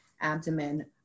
abdomen